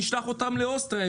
נשלח אותם לאוסטריה,